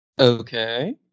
Okay